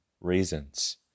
reasons